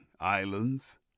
islands